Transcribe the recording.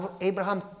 Abraham